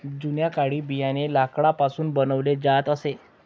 जुन्या काळी बियाणे लाकडापासून बनवले जात असे